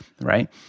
right